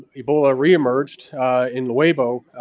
ebola reemerged in the weibo,